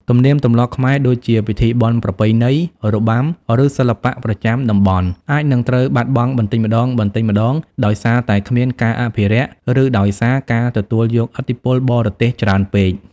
ទំនៀមទម្លាប់ខ្មែរ ដូចជាពិធីបុណ្យប្រពៃណី របាំ ឬសិល្បៈប្រចាំតំបន់ អាចនឹងត្រូវបាត់បង់បន្តិចម្តងៗ ដោយសារតែគ្មានការអភិរក្ស ឬដោយសារការទទួលយកឥទ្ធិពលបរទេសច្រើនពេក។